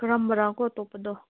ꯀꯔꯝꯕꯔꯥꯀꯣ ꯑꯇꯣꯞꯄꯗꯣ